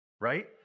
right